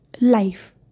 life